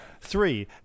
Three